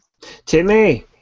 Timmy